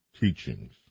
teachings